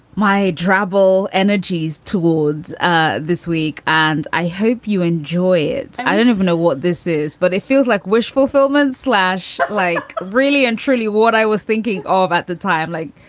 my drabble energies towards ah this week. and i hope you enjoy it. i don't even know what this is, but it feels like wish fulfillment slash like really and truly what i was thinking of at the time, like,